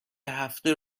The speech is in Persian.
هفته